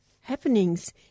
happenings